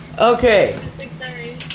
Okay